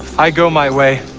i go my way,